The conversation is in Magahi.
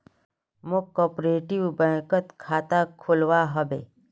मौक कॉपरेटिव बैंकत खाता खोलवा हबे